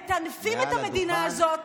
אתם מטנפים את המדינה הזו,